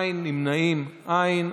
אין, נמנעים, אין.